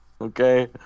okay